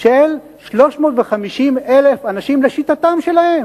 של 350,000, לשיטתם שלהם.